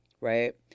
right